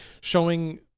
showing